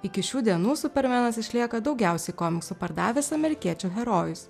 iki šių dienų supermenas išlieka daugiausiai komiksų pardavęs amerikiečių herojus